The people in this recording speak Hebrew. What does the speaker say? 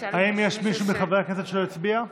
האם יש מישהו מחברי הכנסת שלא הצביע?